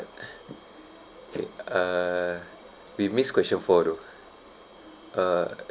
kay uh we missed question four though uh